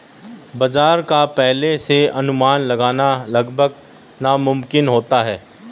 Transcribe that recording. बाजार का पहले से अनुमान लगाना लगभग नामुमकिन होता है